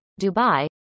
Dubai